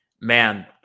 Man